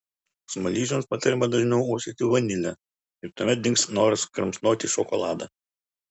smaližiams patariama dažniau uostyti vanilę ir tuomet dings noras kramsnoti šokoladą